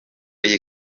iyi